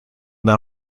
now